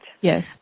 Yes